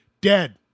Dead